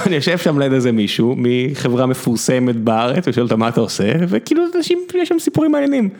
אני יושב שם ליד איזה מישהו מחברה מפורסמת בארץ ושואל אותו מה אתה עושה וכאילו לאנשים שם יש סיפורים מעניינים.